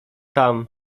tam